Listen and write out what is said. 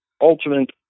ultimate